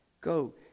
Go